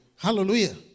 Hallelujah